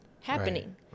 happening